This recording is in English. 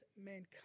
mankind